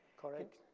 correct.